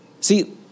See